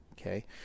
okay